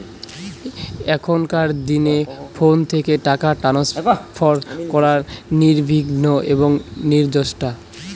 এখনকার দিনে ফোন থেকে টাকা ট্রান্সফার করা নির্বিঘ্ন এবং নির্ঝঞ্ঝাট